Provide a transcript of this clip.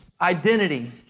identity